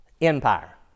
Empire